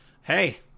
Hey